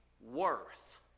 worth